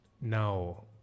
now